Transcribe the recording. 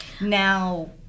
Now